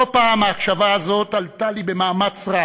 לא פעם ההקשבה הזאת עלתה לי במאמץ רב,